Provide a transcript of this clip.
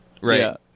Right